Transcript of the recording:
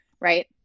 right